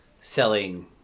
selling